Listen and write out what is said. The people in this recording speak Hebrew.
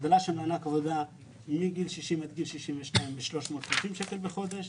הגדלה של מענק העבודה מגיל 60 עד גיל 62 390 שקלים בחודש.